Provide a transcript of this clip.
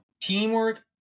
Teamwork